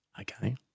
Okay